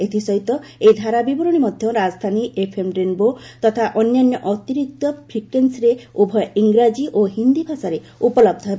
ଏଥିସହିତ ଏହି ଧାରା ବିବରଣୀ ମଧ୍ୟ ରାଜଧାନୀ ଏଫ୍ଏମ୍ ରେନ୍ବୋ ତଥା ଅନ୍ୟାନ୍ୟ ଅତିରିକ୍ତ ଫ୍ରିକ୍ସେନ୍ସିରେ ଉଭୟ ଇଂରାଜୀ ଓ ହିନ୍ଦୀ ଭାଷାରେ ଉପଲହ୍ଧ ହେବ